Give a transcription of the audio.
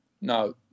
no